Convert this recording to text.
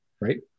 right